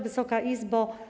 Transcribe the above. Wysoka Izbo!